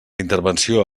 intervenció